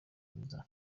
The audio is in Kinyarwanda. rwiza